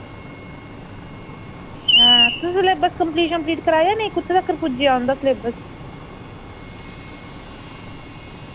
तुस syllabus complete शम्पलीट कराया नेईं कुत्थे तकर पुज्जेआ उं'दा सलेबस